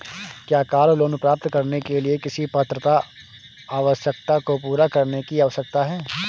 क्या car loan प्राप्त करने के लिए किसी पात्रता आवश्यकता को पूरा करने की आवश्यकता है?